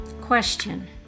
Question